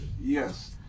yes